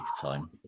time